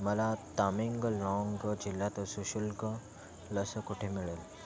मला तामेंगलाँग जिल्ह्यात सशुल्क लस कुठे मिळेल